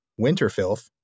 Winterfilth